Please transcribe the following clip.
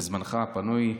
בזמנך הפנוי,